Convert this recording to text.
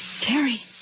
Terry